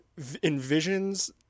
envisions